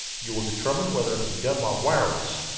you will determine whether it can be done by wireless.